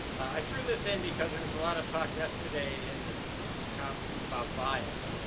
i threw this in because there was a lot of talk yesterday in the statistics conference about bias.